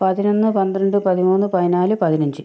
പതിനൊന്ന് പന്ത്രണ്ട് പതിമൂന്ന് പതിനാല് പതിനഞ്ച്